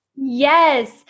yes